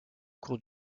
cours